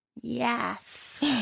Yes